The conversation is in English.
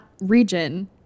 region